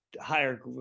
higher